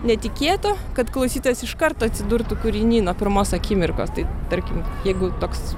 netikėto kad klausytojas iš karto atsidurtų kūriny nuo pirmos akimirkos tai tarkim jeigu toks